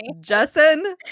Justin